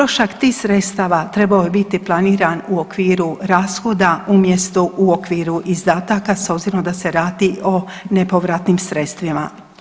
Utrošak tih sredstava trebao bi biti planiran u okviru rashoda umjesto u okviru izdataka s obzirom da se radi o nepovratnim sredstvima.